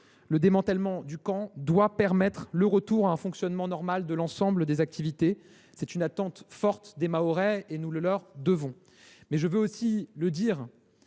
le démantèlement de ce camp doit permettre le retour à un fonctionnement normal de l’ensemble des activités ; c’est une attente forte des Mahorais, et nous le leur devons. Je tiens aussi à dire